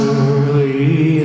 early